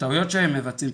והטעויות שהם מבצעים,